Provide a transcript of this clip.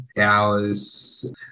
hours